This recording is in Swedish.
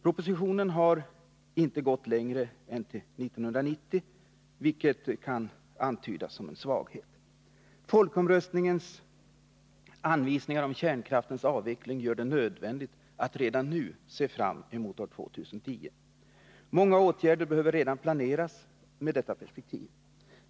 Propositionen har inte gått längre än till 1990, vilket kan antydas som en svaghet. Folkomröstningens anvisningar om kärnkraftens avveckling gör det nödvändigt att redan nu se fram emot år 2010. Många åtgärder behöver redan planeras med detta perspektiv.